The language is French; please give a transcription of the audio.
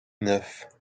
neuf